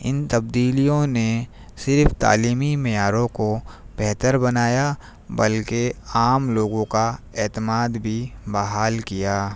ان تبدیلیوں نے صرف تعلیمی معیاروں کو بہتر بنایا بلکہ عام لوگوں کا اعتماد بھی بحال کیا